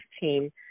team